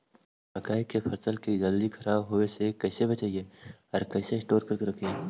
मकइ के फ़सल के जल्दी खराब होबे से कैसे बचइबै कैसे स्टोर करके रखबै?